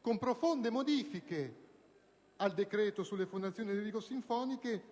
con profonde modifiche al decreto sulle fondazioni lirico-sinfoniche,